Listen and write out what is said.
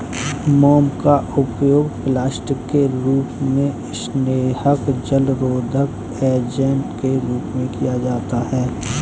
मोम का उपयोग प्लास्टिक के रूप में, स्नेहक, जलरोधक एजेंट के रूप में किया जाता है